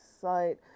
site